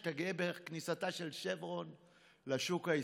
שאתה גאה בכניסתה של שברון לשוק הישראלי?